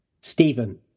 Stephen